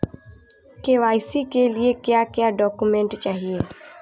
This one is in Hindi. के.वाई.सी के लिए क्या क्या डॉक्यूमेंट चाहिए?